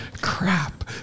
crap